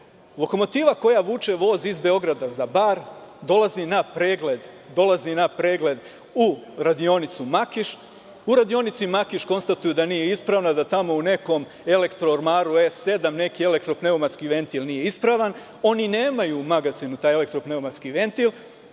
Lokomotiva koja vuče voz iz Beograda za Bar dolazi na pregled u radionicu Makiš. U radionici Makiš konstatuju da nije ispravna, da tamo u nekom elektro ormaru E7, neki elektro pneumatski ventil nije ispravan. Oni nemaju taj elektro pneumatski ventil.